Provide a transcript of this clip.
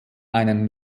einen